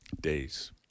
days